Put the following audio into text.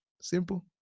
Simple